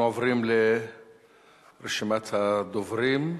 אנחנו עוברים לרשימת הדוברים.